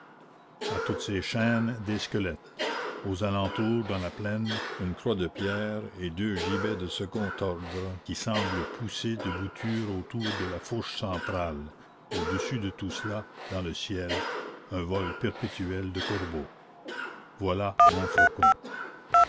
à toutes ces chaînes des squelettes aux alentours dans la plaine une croix de pierre et deux gibets de second ordre qui semblent pousser de bouture autour de la fourche centrale au-dessus de tout cela dans le ciel un vol perpétuel de corbeaux voilà